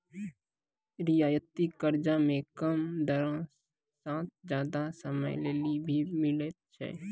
रियायती कर्जा मे कम दरो साथ जादा समय लेली भी मिलै छै